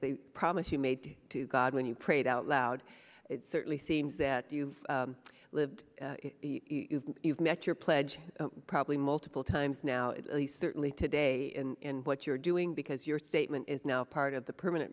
the promise you made to god when you prayed out loud it certainly seems that you've lived you've met your pledge probably multiple times now certainly today in what you're doing because your statement is now part of the permanent